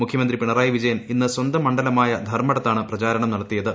മുഖ്യമന്ത്രി പിണറായി വിജയൻ ഇന്ന് സ്വന്തം മണ്ഡലമായ ധർമ്മടത്താണ് പ്രചാരണം നടത്തിയത്